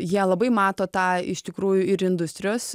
jie labai mato tą iš tikrųjų ir industrijos